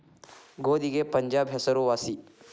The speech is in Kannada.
ಗೋಧಿಗೆ ಪಂಜಾಬ್ ಹೆಸರು ವಾಸಿ